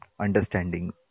understanding